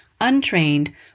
untrained